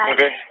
Okay